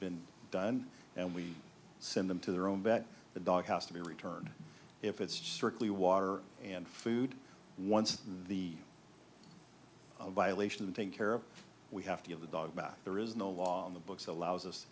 been done and we send them to their own bat the dog has to be returned if it's just strictly water and food once the violation of the take care of we have to give the dog back there is no law on the books allows us